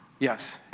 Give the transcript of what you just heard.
Yes